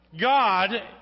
God